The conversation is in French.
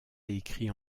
écrit